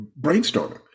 brainstorming